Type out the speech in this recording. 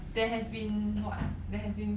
there has been [what] there has been